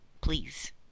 Please